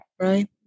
right